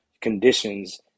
conditions